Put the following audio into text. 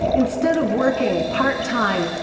instead of working part-time,